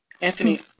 Anthony